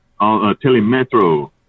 Telemetro